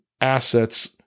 assets